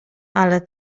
ale